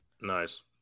Nice